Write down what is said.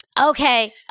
Okay